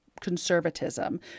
conservatism